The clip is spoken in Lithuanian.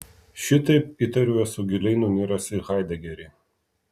šitaip įtariu esu giliai nuniręs į haidegerį